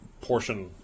portion